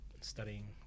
studying